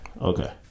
Okay